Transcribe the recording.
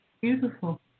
beautiful